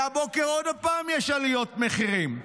הבוקר עוד הפעם יש עליות מחירים.